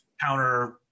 counter-